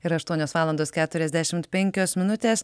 yra aštuonios valandos keturiasdešimt penkios minutės